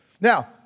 Now